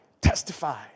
Testify